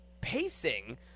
pacing